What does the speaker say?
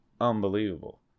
unbelievable